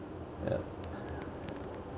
ya